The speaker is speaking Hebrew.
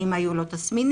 האם היו לו תסמינים,